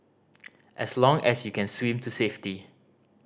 as long as you can swim to safety